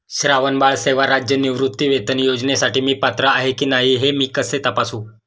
श्रावणबाळ सेवा राज्य निवृत्तीवेतन योजनेसाठी मी पात्र आहे की नाही हे मी कसे तपासू?